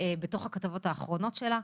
בתוך הכתבות האחרונות שלה,